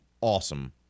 awesome